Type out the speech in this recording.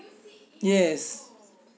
yes